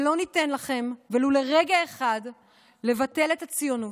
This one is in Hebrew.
ולא ניתן לכם ולו לרגע אחד לבטל את הציונות,